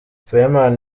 fireman